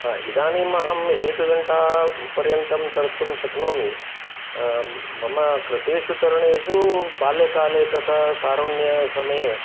इदानीम् अहं एक घण्टा पर्यन्तं तर्तुं शक्नोमि मम कृतेषु तरणेषु बाल्यकाले तत् तारुण्य समये